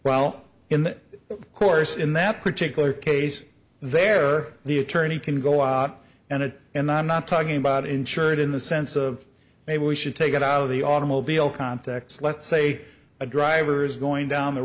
while in that course in that particular case there the attorney can go out and it and i'm not talking about insured in the sense of maybe we should take it out of the automobile context let's say a driver's going down the